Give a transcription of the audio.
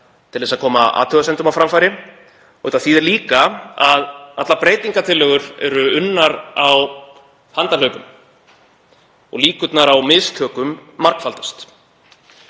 til að koma athugasemdum á framfæri og þýðir líka að allar breytingartillögur eru unnar á handahlaupum. Líkurnar á mistökum margfaldast.